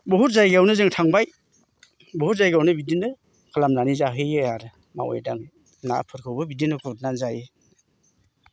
बुहुथ जायगायावनो जों थांबाय बुहुथ जायगायावनो बिदिनो खालामनानै जाहैयो आरो मावै दाङै नाफोरखौबो बिदिनो गुरनानै जायो